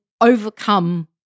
overcome